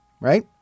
right